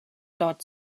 dort